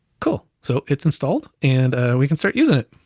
cool, so it's installed, and we can start using it.